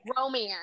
romance